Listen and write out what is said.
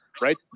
right